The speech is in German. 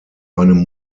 einem